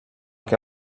que